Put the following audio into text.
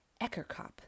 Eckerkop